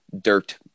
dirt